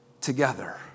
together